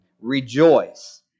rejoice